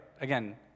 Again